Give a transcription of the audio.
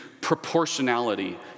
proportionality